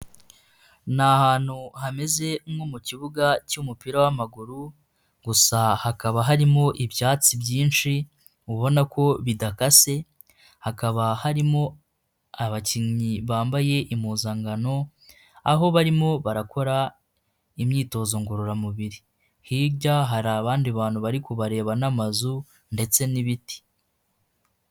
Ni ahantu hameze nko mu kibuga cy'umupira w'amaguru, gusa hakaba harimo ibyatsi byinshi, mubona ko bidakase, hakaba harimo abakinnyi bambaye impuzankano, aho barimo barakora imyitozo ngororamubiri, hirya hari abandi bantu bari kubareba n'amazu ndetse n'ibiti.